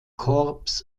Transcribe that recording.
korps